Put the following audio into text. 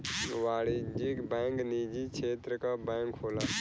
वाणिज्यिक बैंक निजी क्षेत्र क बैंक होला